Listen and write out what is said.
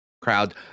crowd